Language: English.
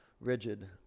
rigid